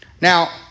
Now